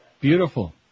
Beautiful